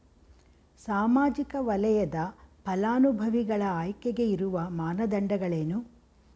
ಸಾಮಾಜಿಕ ವಲಯದ ಫಲಾನುಭವಿಗಳ ಆಯ್ಕೆಗೆ ಇರುವ ಮಾನದಂಡಗಳೇನು?